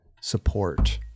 support